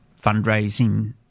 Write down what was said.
fundraising